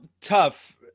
tough